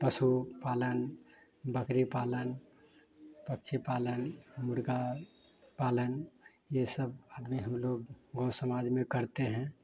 पशु पालन बकरी पालन पक्षी पालन मुर्ग़ा पालन ये सब आदमी हम लोग गाँव समाज में करते हैं